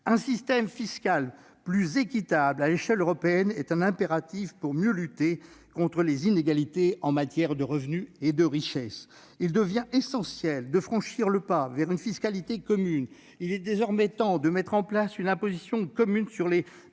Un système fiscal plus équitable à l'échelle européenne est un impératif pour mieux lutter contre les inégalités en matière de revenus et de richesse. Il devient essentiel de franchir le pas vers une fiscalité commune. Il est désormais temps de mettre en place une imposition commune des bénéfices